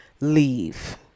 leave